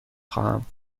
خواهم